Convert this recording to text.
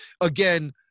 Again